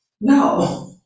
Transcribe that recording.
No